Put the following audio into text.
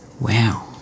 wow